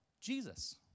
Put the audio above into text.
Jesus